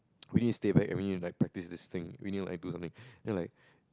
Winny stayed back and we never practice this thing Winny like do something then like